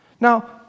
Now